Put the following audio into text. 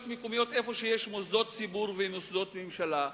מקומיות שיש בהן מוסדות ציבור ומוסדות ממשלה,